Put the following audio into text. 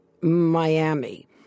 Miami